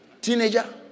teenager